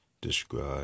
describe